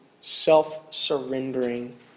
self-surrendering